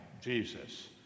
Jesus